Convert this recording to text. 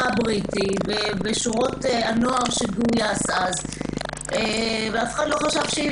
הבריטי בשורות הנוער שגויס אז ואף אחד לא חשב שהיא